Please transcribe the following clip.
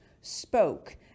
spoke